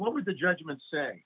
what was the judgment say